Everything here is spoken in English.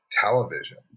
television